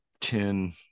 ten